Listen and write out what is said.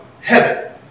heaven